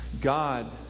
God